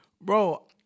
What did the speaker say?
Bro